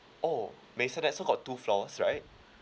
oh maisonette so got two floors right